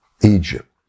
Egypt